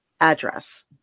address